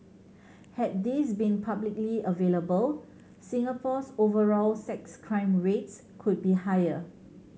had these been publicly available Singapore's overall sex crime rates could be higher